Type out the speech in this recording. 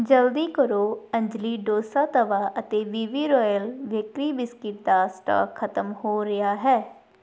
ਜਲਦੀ ਕਰੋ ਅੰਜਲੀ ਡੋਸਾ ਤਵਾ ਅਤੇ B B royal bakery biscuit ਦਾ ਸਟਾਕ ਖਤਮ ਹੋ ਰਿਹਾ ਹੈ